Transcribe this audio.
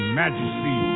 majesty